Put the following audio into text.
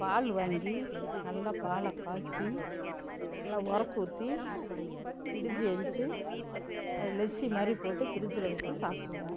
பால் வாங்கி நல்ல பாலை காய்ச்சி நல்ல உரக்கு ஊற்றி விடிஞ்சி ஏழுந்ச்சி அது லெஸ்ஸி மாதிரி போட்டு ஃப்ரிட்ஜில் வச்சு சாப்புடுவோம்